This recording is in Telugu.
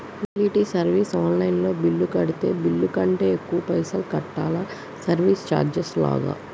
యుటిలిటీ సర్వీస్ ఆన్ లైన్ లో బిల్లు కడితే బిల్లు కంటే ఎక్కువ పైసల్ కట్టాలా సర్వీస్ చార్జెస్ లాగా?